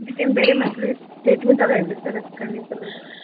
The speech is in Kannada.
ಇದಕ್ಕೇನು ಬೇರೆ ಮತ್ತೆ ರೀ ಟ್ರೀಟ್ಮೆಂಟ್ ಇದೆ ಏನು ರೀ ಸರ ಕಣ್ಣಿನ ಸಲುವಾಗಿ